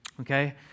Okay